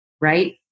right